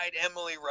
Emily